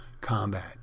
combat